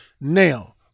Now